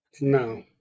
no